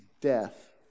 death